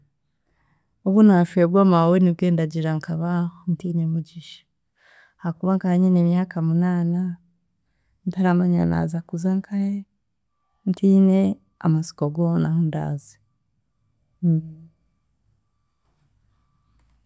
Obunaafwegwa maawe nibwe ndagira nkaba ntine omugisha, ahakuba nka nyine emyaka munaana, ntaramanya naaza kuza nkahe, ntine amasiko goona ahundaaze.